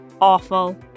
awful